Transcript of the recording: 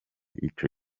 ico